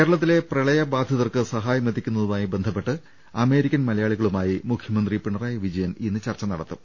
കേരളത്തിലെ പ്രളയബാധിതർക്ക് സഹായമെത്തിക്കുന്ന തുമായി ബന്ധപ്പെട്ട് അമേരിക്കൻ മലയാളികളുമായി മുഖ്യ മന്ത്രി പിണറായി വിജയൻ ഇന്ന് ചർച്ച നടത്തും